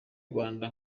rwanda